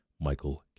Michael